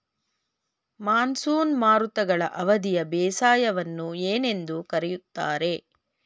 Monsoon ಮಾರುತಗಳ ಅವಧಿಯ ಬೇಸಾಯವನ್ನು ಏನೆಂದು ಕರೆಯುತ್ತಾರೆ?